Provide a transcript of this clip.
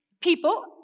people